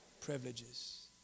privileges